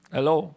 Hello